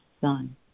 Son